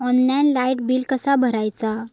Online light bill कसा भरायचा?